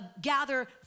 gather